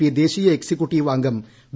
P ദേശീയ executive അംഗം V